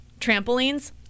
trampolines